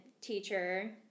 teacher